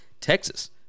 Texas